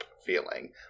feeling